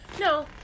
No